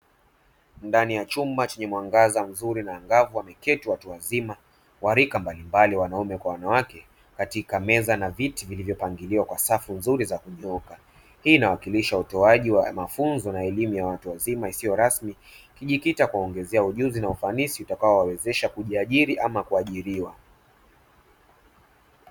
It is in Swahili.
Ndani ya chumba chenye mwangaza mzuri na wangavu, wameketi watu wazima wa aina mbalimbali, wanaume na wanawake, kwenye meza na viti vilivyopangiliwa kwa safu nzuri; hii inawakilisha utoaji wa mafunzo na elimu isiyo rasmi kwa watu wazima, ikilenga kuwaongezea ujuzi na ufanisi utakao kuwawezesha kujiajiri au kuajiriwa.